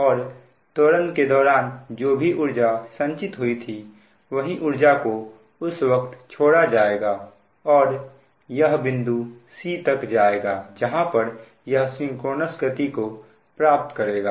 और त्वरण के दौरान जो भी ऊर्जा संचित हुई थी वही ऊर्जा को इस वक्त छोड़ा जाएगा और यह बिंदु c तक जाएगा जहां पर यह सिंक्रोनस गति को प्राप्त करेगा